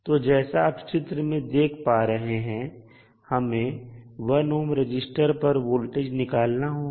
तो जैसा आप चित्र में देख पा रहे हैं हमें 1 ohm रजिस्टर पर वोल्टेज निकालना होगा